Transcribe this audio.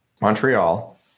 Montreal